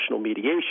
mediation